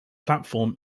platform